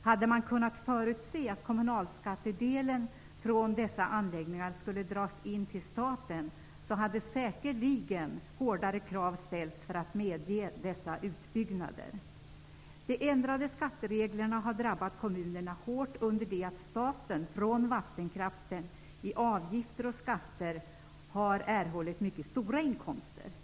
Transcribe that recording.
Hade man kunnat förutse att kommunalskattedelen från dessa anläggningar skulle dras in till staten, hade säkerligen hårdare krav ställts för att medge dessa utbyggnader. De ändrade skattereglerna har drabbat kommunerna hårt, under det att staten från vattenkraften i avgifter och skatter erhållit mycket stora inkomster.